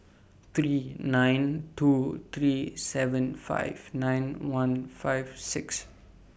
three nine two three seven five nine one five six